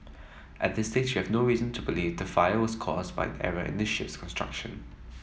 at this stage we have no reason to believe the fire was caused by an error in the ship's construction